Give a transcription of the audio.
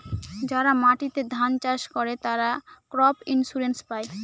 যারা মাটিতে ধান চাষ করে, তারা ক্রপ ইন্সুরেন্স পায়